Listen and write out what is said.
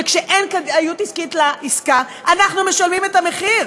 וכשאין כדאיות לעסקה אנחנו משלמים את המחיר,